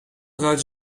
ruiten